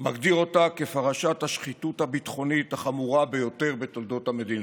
מגדיר אותה כפרשת השחיתות הביטחונית החמורה ביותר בתולדות המדינה.